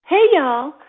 hey, y'all.